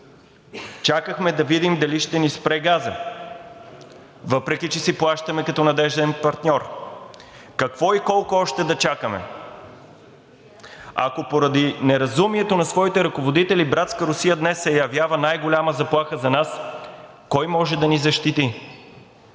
Чакахме да видим дали ще ни спре газа, въпреки че си плащаме като надежден партньор. Какво и колко още да чакаме? Ако поради неразумието на своите ръководители братска Русия днес се явява най-голяма заплаха за нас, кой може да ни защити?